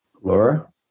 Laura